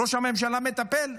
ראש הממשלה מטפל?